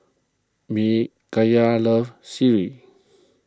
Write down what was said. Micayla loves Sireh